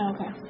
Okay